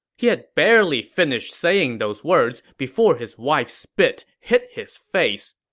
he had barely finish saying those words before his wife's spit hit his face.